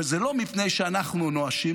אבל זה לא מפני שאנחנו נואשים,